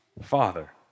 Father